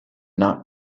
not